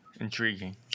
Intriguing